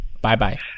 Bye-bye